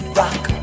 rock